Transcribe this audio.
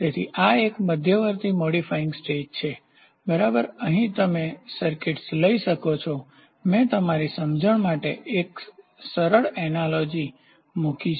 તેથી આ એક મધ્યવર્તી મોડિફાઇંગ સ્ટેજ છે બરાબર અહીં તમે સર્કિટ્સ લઈ શકો છો મેં તમારી સમજણ માટે એક સરળ એનાલોજીસાદ્રશ્ય મૂક્યું છે